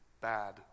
bad